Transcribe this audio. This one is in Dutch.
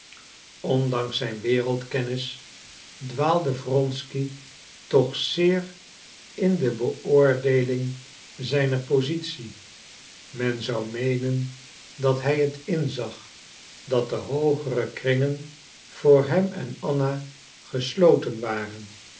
ondanks zijn wereldkennis dwaalde wronsky toch zeer in de beoordeeling zijner positie men zou meenen dat hij het inzag dat de hoogere kringen voor hem en anna gesloten waren